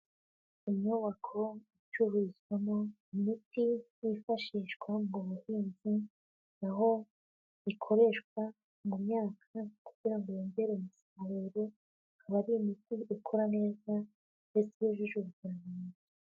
Inyubako icururizwamo imiti yifashishwa mu buhinzi, aho ikoreshwa mu myaka kugira ngo bongere umusaruro. Akaba ari imiti ikora neza ndetse yujuje ubuziranenge.